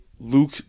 Luke